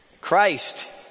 Christ